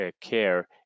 care